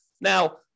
Now